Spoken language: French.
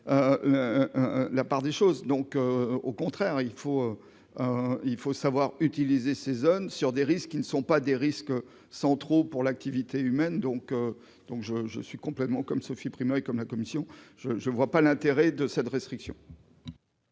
la part des choses, donc au contraire, il faut, il faut savoir utiliser ces zones sur des risques qui ne sont pas des risques sans trop pour l'activité humaine donc donc je je suis complètement comme Sophie Primas comme la commission je je ne vois pas l'intérêt de cette restriction.